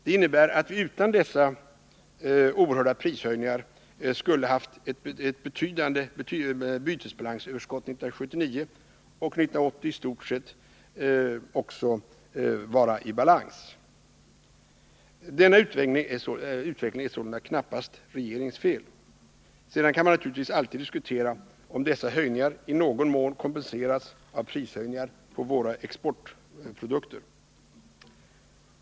Det innebär att vi utan dessa oerhörda prishöjningar skulle ha haft ett betydande bytesbalansöverskott 1979 och 1980 i stort sett vara i balans. Denna utveckling är sålunda knappast regeringens fel. Sedan kan man naturligtvis alltid diskutera om dessa höjningar i någon mån kompenserats av prishöjningar på våra exportprodukter.